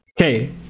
Okay